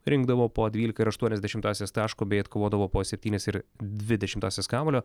rinkdavo po dvylika ir aštuonias dešimtąsias taško bei atkovodavo po septynias ir dvi dešimtąsias kamuolio